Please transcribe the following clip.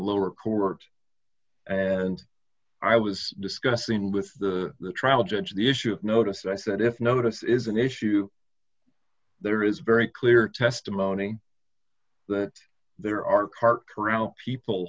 lower court and i was discussing with the trial judge the issue of notice i said if notice is an issue there is very clear testimony that there are car corrall people